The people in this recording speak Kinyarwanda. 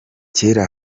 kera